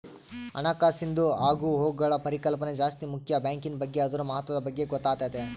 ಹಣಕಾಸಿಂದು ಆಗುಹೋಗ್ಗುಳ ಪರಿಕಲ್ಪನೆ ಜಾಸ್ತಿ ಮುಕ್ಯ ಬ್ಯಾಂಕಿನ್ ಬಗ್ಗೆ ಅದುರ ಮಹತ್ವದ ಬಗ್ಗೆ ಗೊತ್ತಾತತೆ